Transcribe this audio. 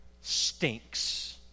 stinks